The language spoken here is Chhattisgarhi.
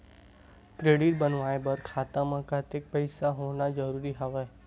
क्रेडिट बनवाय बर खाता म कतेकन पईसा होना जरूरी हवय?